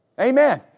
Amen